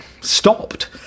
stopped